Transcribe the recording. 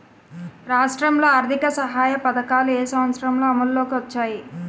రాష్ట్రంలో ఆర్థిక సహాయ పథకాలు ఏ సంవత్సరంలో అమల్లోకి వచ్చాయి?